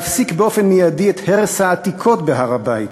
ולהפסיק באופן מיידי את הרס העתיקות בהר-הבית